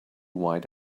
white